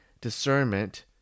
discernment